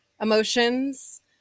emotions